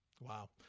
Wow